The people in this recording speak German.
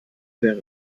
wäre